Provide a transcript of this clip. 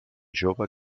jove